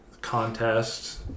contests